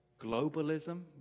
globalism